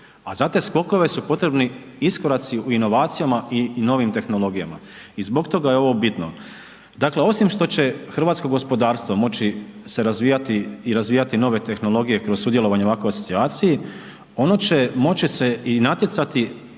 a za te skokovi su potrebni iskoraci u inovacijama i novim tehnologijama. I zbog toga je ovo bitno. Dakle, osim što će hrvatsko gospodarstvo moći se razvijati i razvijati nove tehnologije kroz sudjelovanje u ovakvoj asocijaciji, ono će moći se i natjecati